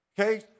Okay